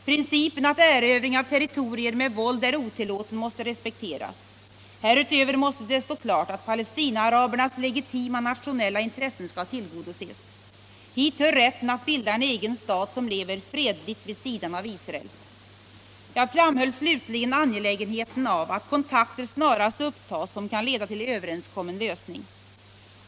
Principen att erövring av territorier med våld är otillåten måste respekteras. Härutöver måste det stå klart att palestinaarabernas legitima nationella intressen skall tillgodoses. Hit hör rätten att bilda en egen stat som lever fredligt vid sidan av Israel. Jag framhöll slutligen angelägenheten av att kontakter snarast upptas som kan leda till överenskommen lösning.